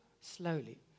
slowly